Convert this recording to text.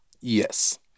Yes